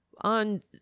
On